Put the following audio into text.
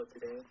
today